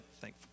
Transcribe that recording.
thank